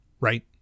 Right